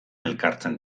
elkartzen